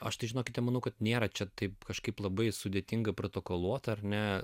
aš tai žinokite manau kad nėra čia taip kažkaip labai sudėtinga protokoluot ar ne